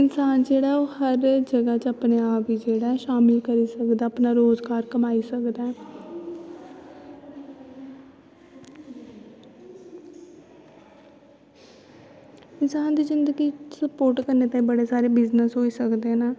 इंसान जेह्ड़ा ऐ ओह् सब जगा अपने आप गी जेह्ड़ा शामल करी सकदा अपना रोज़गार कमार सकदा ऐ इंसान दी जिंदगी गी स्पोट करने आह्ले बड़े सारे बिजनस होई सकदे नै